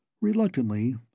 Reluctantly